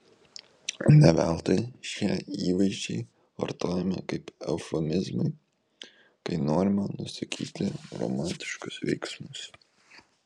ne veltui šie įvaizdžiai vartojami kaip eufemizmai kai norima nusakyti romantiškus veiksmus